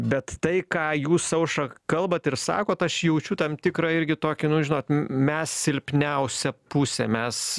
bet tai ką jūs aušra kalbat ir sakot aš jaučiu tam tikrą irgi tokį nu žinot mes silpniausia pusė mes